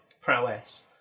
prowess